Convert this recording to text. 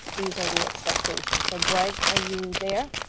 these are the expectations. so greg, are you there?